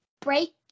break